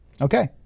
Okay